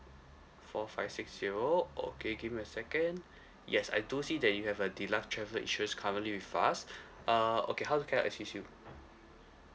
four five six zero okay give me a second yes I do see that you have a deluxe travel insurance currently with us uh okay how can I assist you